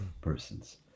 persons